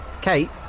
Kate